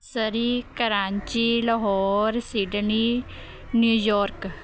Surrey Karachi Lahore Sydney New York